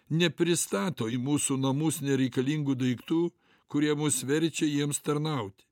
nepristato į mūsų namus nereikalingų daiktų kurie mus verčia jiems tarnauti